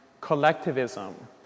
collectivism